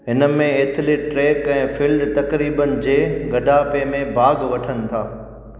हिन में athlete track ऐं फील्ड तक़रीबनि जे ॻढापे में भागु वठनि था